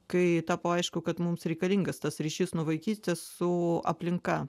kai tapo aišku kad mums reikalingas tas ryšys nuo vaikystės su aplinka